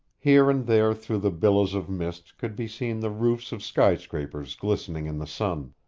here and there through the billows of mist could be seen the roofs of skyscrapers glistening in the sun.